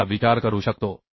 3b चा विचार करू शकतो